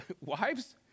Wives